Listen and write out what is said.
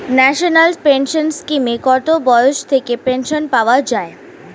National pension স্কিমে কত বয়স থেকে পেনশন পাওয়া যায়?